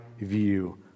view